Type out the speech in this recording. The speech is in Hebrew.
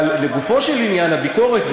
אבל לגופו של עניין הביקורת,